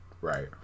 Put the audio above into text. Right